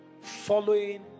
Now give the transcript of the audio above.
following